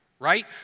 right